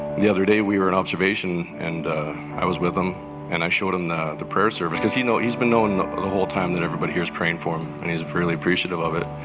the other day, we were in observation and i was with him and i showed him the the prayer service. because you know he's been knowing the whole time that everybody here's praying for him and he's really appreciative of it.